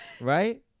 Right